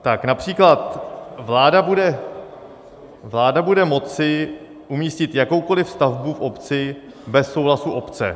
Tak například vláda bude moci umístit jakoukoliv stavbu v obci bez souhlasu obce.